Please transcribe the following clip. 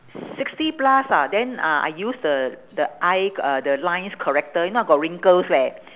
sixty plus ah then ah I use the the eye got uh the lines correcter you know I got wrinkles leh